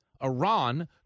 Iran